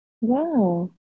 Wow